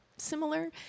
similar